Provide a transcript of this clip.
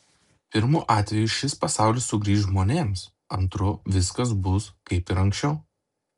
pirmu atveju šis pasaulis sugrįš žmonėms antru viskas bus kaip ir anksčiau